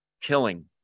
killing